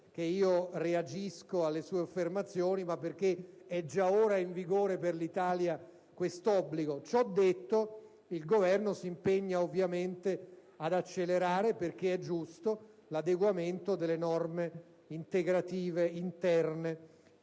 che reagisco alle sue affermazioni, ma perché è già ora in vigore per l'Italia quest'obbligo. Ciò detto, il Governo si impegna ovviamente ad accelerare, perché è giusto, l'adeguamento delle norme integrative interne.